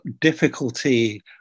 difficulty